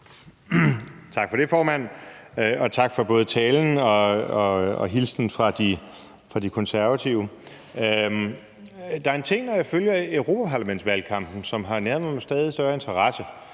Tak for det, formand. Tak for både talen og hilsenen fra De Konservative. Der er en ting – når jeg har fulgt europaparlamentsvalgkampen – som har næret mig med stadig større interesse.